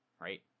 right